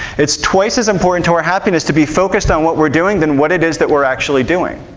it's twice as important to our happiness to be focused on what we're doing than what it is that we're actually doing.